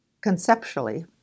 Conceptually